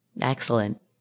Excellent